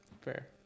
fair